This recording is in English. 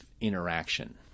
interaction